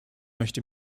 möchte